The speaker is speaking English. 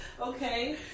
okay